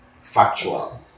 factual